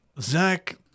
Zach